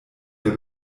der